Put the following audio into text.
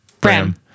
Bram